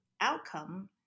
outcome